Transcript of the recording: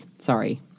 Sorry